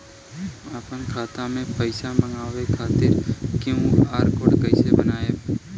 आपन खाता मे पईसा मँगवावे खातिर क्यू.आर कोड कईसे बनाएम?